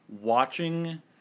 watching